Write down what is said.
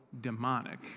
demonic